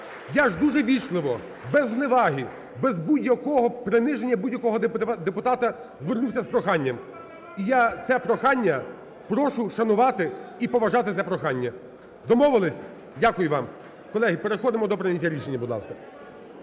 Я ж дуже ввічливо, без зневаги, без будь-якого приниження будь-якого депутата звернувся з проханням. Я це прохання прошу шанувати і поважати це прохання. Домовились? Дякую вам. Колеги, переходимо до прийняття рішення, будь ласка.